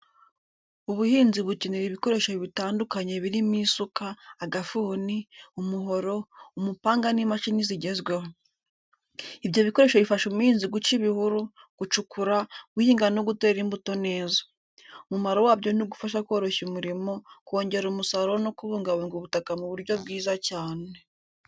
Ubuhinzi bukenera ibikoresho bitandukanye birimo isuka, agafuni, umuhoro, umupanga n’imashini zigezweho. Ibyo bikoresho bifasha umuhinzi guca ibihuru, gucukura, guhinga no gutera imbuto neza. Umumaro wabyo ni ugufasha koroshya umurimo, kongera umusaruro no kubungabunga ubutaka mu buryo bwiza cyane.